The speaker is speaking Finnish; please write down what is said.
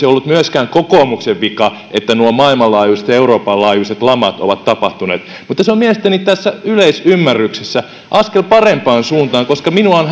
ollut myöskään kokoomuksen vika että nuo maailmanlaajuiset ja euroopan laajuiset lamat ovat tapahtuneet mutta tämä on mielestäni tässä yleisymmärryksessä askel parempaan suuntaan koska minua on